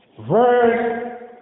verse